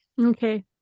Okay